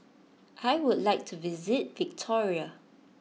I would like to visit Victoria